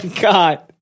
God